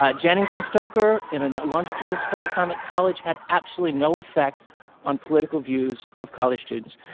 ah jennings and stoker in a longitudinal study found that college had absolutely no effect on political views of college students.